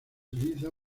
utiliza